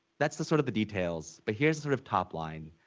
that's the sort of the details but here's the sort of top line.